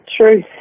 truth